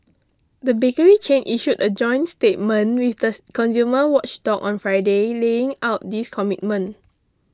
the bakery chain issued a joint statement with this consumer watchdog on Friday laying out these commitments